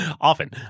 often